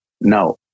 No